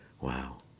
Wow